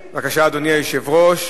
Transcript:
בבקשה, אדוני היושב-ראש.